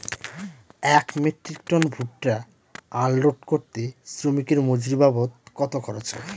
এক metric ton ভুট্টা unload করতে শ্রমিকের মজুরি বাবদ কত খরচ হয়?